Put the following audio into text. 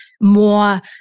more